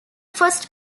first